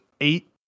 eight